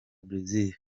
brazil